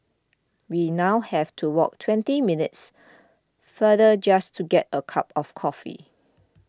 we now have to walk twenty minutes further just to get a cup of coffee